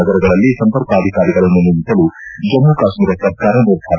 ನಗರಗಳಲ್ಲಿ ಸಂಪರ್ಕಾಧಿಕಾರಿಗಳನ್ನು ನೇಮಿಸಲು ಜಮ್ನು ಕಾಶ್ನೀರ ಸರ್ಕಾರ ನಿರ್ಧಾರ